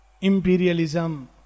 Imperialism